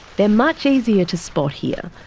they're much easier to spot here.